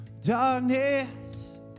darkness